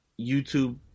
YouTube